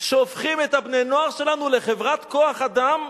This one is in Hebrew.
שהופכים את בני-הנוער שלנו לחברת כוח-אדם,